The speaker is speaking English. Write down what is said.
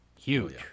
huge